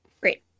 Great